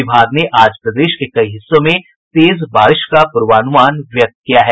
विभाग ने आज प्रदेश के कई हिस्सों में तेज बारिश का पूर्वानुमान व्यक्त किया है